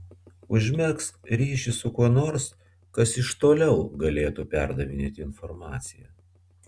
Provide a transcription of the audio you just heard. užmegzk ryšį su kuo nors kas ir toliau galėtų perdavinėti informaciją